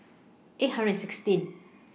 eight hundred and sixteen